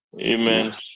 amen